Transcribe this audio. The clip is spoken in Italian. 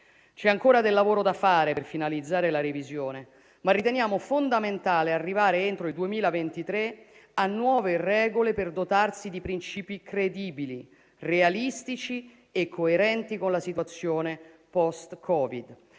C'è ancora del lavoro da fare per finalizzare la revisione, ma riteniamo fondamentale arrivare entro il 2023 a nuove regole per dotarsi di principi credibili, realistici e coerenti con la situazione *post*-Covid.